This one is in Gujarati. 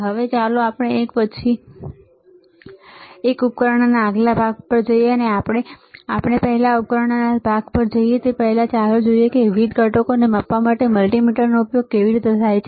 હવે ચાલો આપણે એક પછી એક ઉપકરણના આગલા ભાગ પર જઈએ અને આપણે પહેલા ઉપકરણના આગલા સેટ પર જઈએ તે પહેલાં ચાલો જોઈએ કે વિવિધ ઘટકોને માપવા માટે મલ્ટિમીટરનો ઉપયોગ કેવી રીતે થાય છે